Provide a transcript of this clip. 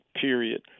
period